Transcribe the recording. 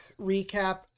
recap